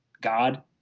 god